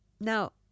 Now